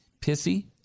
pissy